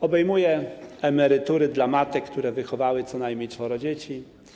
Obejmuje emerytury dla matek, które wychowały co najmniej czworo dzieci.